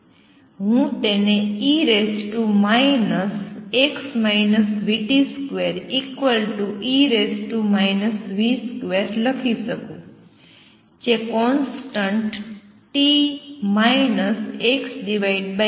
હું તેને e 2e v2 લખી શકું જે કોંસ્ટંટ t x v2 બને છે